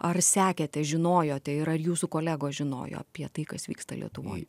ar sekėte žinojote ir ar jūsų kolegos žinojo apie tai kas vyksta lietuvoj